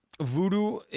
Voodoo